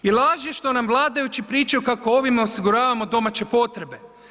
I laž je što nam vladajući pričaju kako ovime osiguravamo domaće potrebe.